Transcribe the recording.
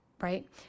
Right